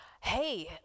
hey